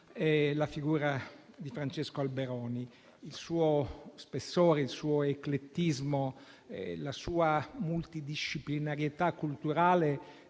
la figura di Francesco Alberoni. Il suo spessore, il suo eclettismo e la sua multidisciplinarietà culturale